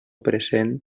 present